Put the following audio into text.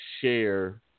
share